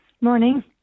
Morning